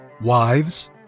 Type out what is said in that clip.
Wives